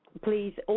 Please